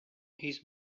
his